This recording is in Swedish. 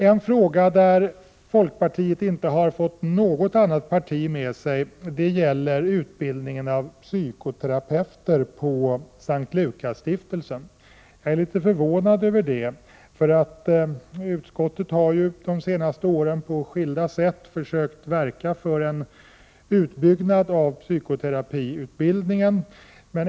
En fråga där folkpartiet inte har fått något annat parti med sig gäller utbildningen av psykoterapeuter på S:t Lukasstiftelsen. Jag är litet förvånad över det, för utskottet har ju de senaste åren på skilda sätt försökt verka för en utbyggnad av psykoterapiutbildningen.